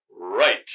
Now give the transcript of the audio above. Right